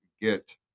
get